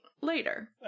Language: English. later